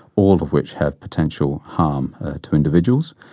all of which have potential harm to individuals.